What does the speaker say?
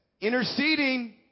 Interceding